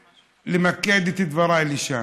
למקד את דבריי לשם.